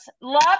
love